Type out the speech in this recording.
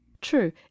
true